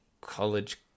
College